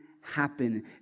happen